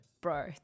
bro